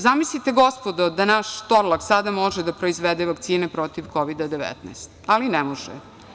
Zamislite, gospodo, da naš Torlak sada može da proizvede vakcine protiv Kovida 19, ali ne može.